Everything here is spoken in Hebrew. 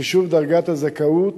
חישוב דרגת הזכאות